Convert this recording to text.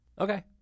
Okay